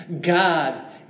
God